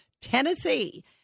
Tennessee